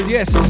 Yes